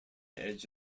edge